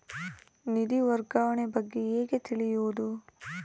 ನಿಧಿ ವರ್ಗಾವಣೆ ಬಗ್ಗೆ ಹೇಗೆ ತಿಳಿಯುವುದು?